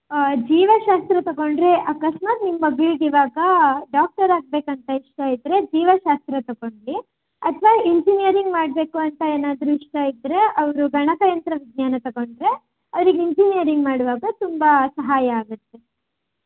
ಜೀವಶಾಸ್ತ್ರ ತಕೊಂಡ್ರೆ ಅಕಸ್ಮಾತ್ ನಿಮ್ಮ ಮಗಳಿಗಿವಾಗ ಡಾಕ್ಟರ್ ಆಗಬೇಕಂತ ಇಷ್ಟ ಇದ್ದರೆ ಜೀವಶಾಸ್ತ್ರ ತಗೊಳ್ಳಿ ಅಥವಾ ಇಂಜಿನಿಯರಿಂಗ್ ಮಾಡಬೇಕು ಅಂತ ಏನಾದರೂ ಇಷ್ಟ ಇದ್ದರೆ ಅವರು ಗಣಕಯಂತ್ರ ವಿಜ್ಞಾನ ತಕೊಂಡ್ರೆ ಅವರಿಗೆ ಇಂಜಿನಿಯರಿಂಗ್ ಮಾಡುವಾಗ ತುಂಬ ಸಹಾಯ ಆಗತ್ತೆ